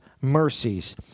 mercies